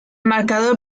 marcador